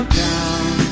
down